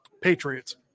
Patriots